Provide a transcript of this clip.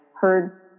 heard